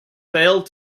failed